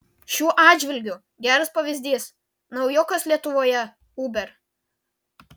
šiuo atžvilgiu geras pavyzdys naujokas lietuvoje uber